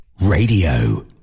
Radio